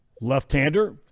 left-hander